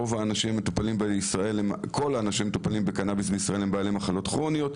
האנשים המטופלים בקנביס בישראל הם בעלי מחלות כרוניות.